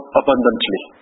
abundantly